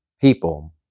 people